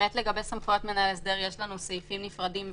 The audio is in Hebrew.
לגבי סמכויות מנהל ההסדר יש לנו סעיפים נפרדים.